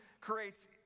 creates